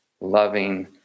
loving